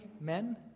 men